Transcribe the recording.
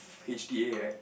H_D_A right